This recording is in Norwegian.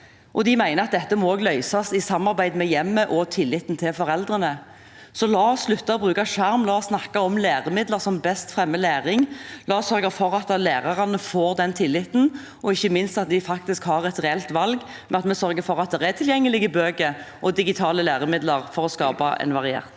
de mener at dette må løses i samarbeid med hjemmet og tilliten til foreldrene. La oss slutte å bruke «skjerm»; la oss snakke om læremidler som best fremmer læring. La oss sørge for at lærerne får den tilliten, og ikke minst at de faktisk har et reelt valg ved at vi sørger for at det er tilgjengelige bøker og digitale læremidler for å skape en variert